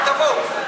גם תבואו?